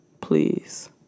Please